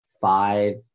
five